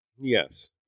Yes